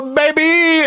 baby